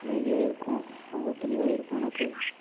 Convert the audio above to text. அமைதியாக இருக்கும் ரொம்ப தெளிவாக இருக்கும் எனக்கு